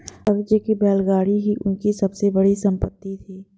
दादाजी की बैलगाड़ी ही उनकी सबसे बड़ी संपत्ति थी